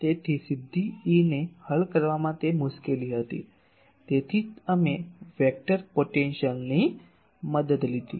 તેથી સીધી E ને હલ કરવામાં તે મુશ્કેલી હતી તેથી જ અમે વેક્ટર પોટેન્શિયલની મદદ લીધી